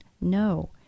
No